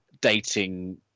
dating